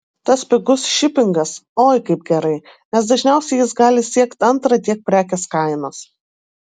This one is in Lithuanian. tas pigus šipingas oi kaip gerai nes dažniausiai jis gali siekt antrą tiek prekės kainos